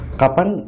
kapan